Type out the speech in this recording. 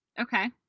okay